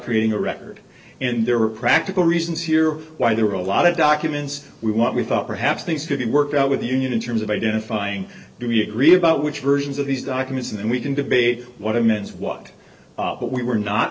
creating a record and there were practical reasons here why there were a lot of documents we want we thought perhaps things could be worked out with the union in terms of identifying do we agree about which versions of these documents and we can debate what amends what but we were not